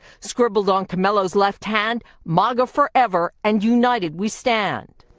scribbled on comello's left hand, maga forever, and united we stand.